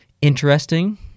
interesting